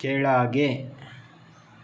ಕೆಳಗೆ